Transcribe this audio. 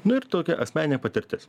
nu ir tokia asmeninė patirtis